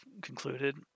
concluded